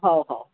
हो हो